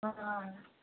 অঁ অঁ